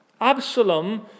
Absalom